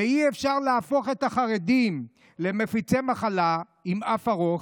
אי-אפשר להפוך את החרדים למפיצי מחלה עם אף ארוך.